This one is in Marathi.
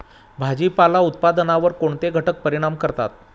भाजीपाला उत्पादनावर कोणते घटक परिणाम करतात?